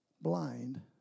blind